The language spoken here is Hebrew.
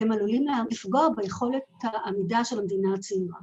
‫אתם עלולים לפגוע ביכולת ‫העמידה של המדינה הצעירה.